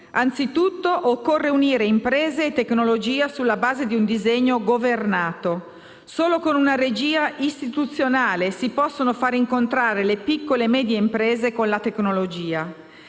Anzitutto occorre unire imprese e tecnologia sulla base di un disegno governato: solo con una regia istituzionale si possono far incontrare le piccole e medie imprese con la tecnologia.